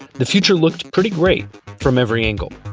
the future looked pretty great from every angle.